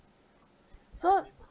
so